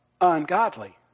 ungodly